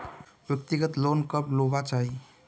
व्यक्तिगत लोन कब लुबार चही?